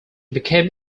became